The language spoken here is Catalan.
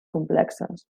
complexes